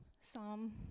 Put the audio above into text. Psalm